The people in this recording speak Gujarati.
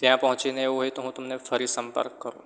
ત્યાં પહોંચીને એવું હોય તો હું તમને ફરી સંપર્ક કરું